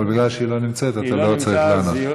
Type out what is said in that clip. אבל בגלל שהיא לא נמצאת אתה לא צריך לענות.